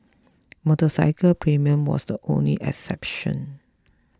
motorcycle premium was the only exception